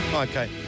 Okay